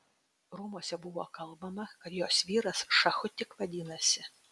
rūmuose buvo kalbama kad jos vyras šachu tik vadinasi